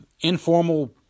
informal